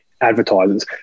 advertisers